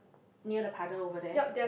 near the puddle over there